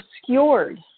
obscured